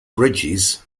bridges